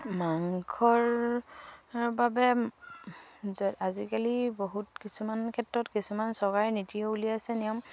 মাংসৰ বাবে আজিকালি বহুত কিছুমান ক্ষেত্ৰত কিছুমান চৰকাৰে নীতিও উলিয়াইছে নিয়ম